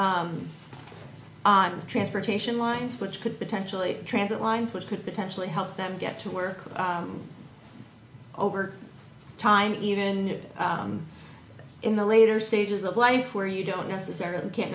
focus on transportation lines which could potentially transit lines which could potentially help them get to work over time even in the later stages of life where you don't necessarily can't